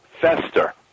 fester